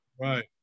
Right